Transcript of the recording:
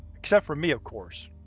except for me, of course.